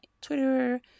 Twitter